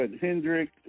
Hendrick